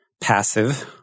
passive